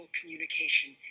communication